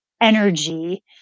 energy